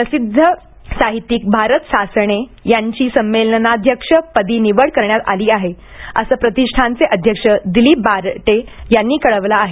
प्रसिद्ध साहित्यीक भारत सासणे यांची संमेलनाध्यक्ष पदी निवड करण्यात आली आहे असं प्रतिष्ठनचे अध्यक्ष दिलीप बराटे यांनी कळवलं आहे